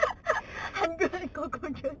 hundred cockroaches